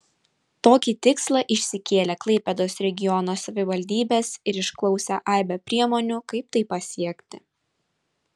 tokį tikslą išsikėlė klaipėdos regiono savivaldybės ir išklausė aibę priemonių kaip tai pasiekti